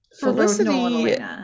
felicity